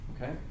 Okay